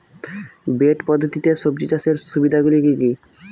Bed পদ্ধতিতে সবজি চাষের সুবিধাগুলি কি কি?